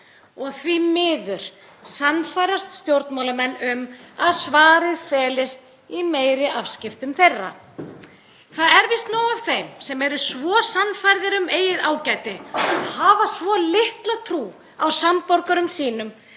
Og því miður sannfærast stjórnmálamenn um að svarið felist í meiri afskiptum þeirra. Það er víst nóg af þeim sem eru svo sannfærðir um eigið ágæti og hafa svo litla trú á samborgurum sínum